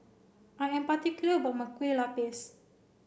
I am particular about my Kueh Lupis